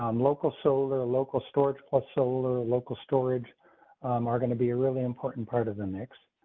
um local, solar, local storage, plus solar, local storage are going to be a really important part of the next.